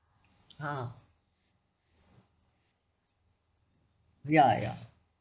!huh! ya ya